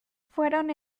fueron